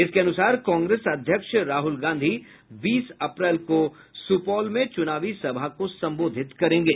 इसके अनुसार कांग्रेस अध्यक्ष राहुल गांधी बीस अप्रैल को सुपौल में चुनावी सभा को संबोधित करेंगे